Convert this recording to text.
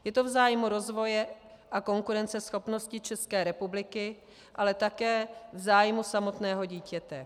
Je to v zájmu rozvoje a konkurenceschopnosti České republiky, ale také v zájmu samotného dítěte.